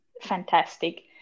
fantastic